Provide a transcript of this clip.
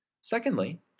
Secondly